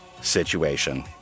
situation